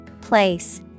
Place